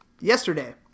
yesterday